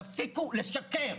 תפסיקו לשקר,